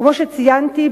כמו שציינתי,